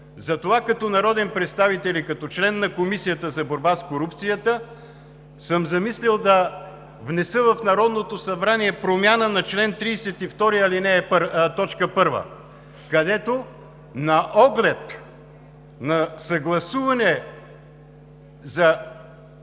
Затова като народен представител и като член на Комисията за борба с корупцията съм замислил да внеса в Народното събрание промяна на чл. 32, т. 1, където на оглед на съгласуване за